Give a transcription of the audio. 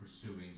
pursuing